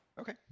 Okay